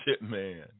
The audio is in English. Man